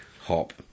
hop